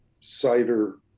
cider